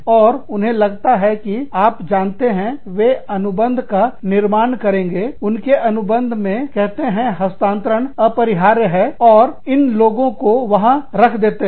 और उन्हें लगता है कि आप जानते हैं वे अनुबंध का निर्माण करेंगे उनके अनुबंध मे कहते हैं हस्तांतरण अपरिहार्य है और इन लोगों को वहां रख देते हैं